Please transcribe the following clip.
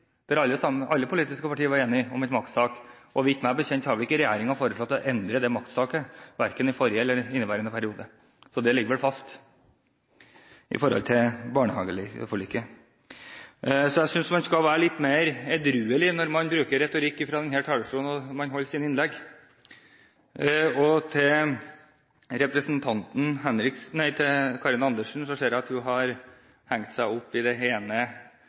barnehageforlik hvor alle politiske partier var enige om en makspris. Meg bekjent har ikke regjeringen foreslått å endre den maksprisen, verken i forrige eller inneværende periode, så det ligger vel fast når det gjelder barnehageforliket. Jeg synes man skal være litt mer edruelig når man bruker retorikk i sine innlegg fra denne talerstolen. Representanten Karin Andersen har hengt seg opp i den ene tingen, og det